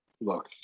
look